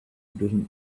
doesn’t